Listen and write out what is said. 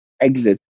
exit